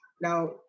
Now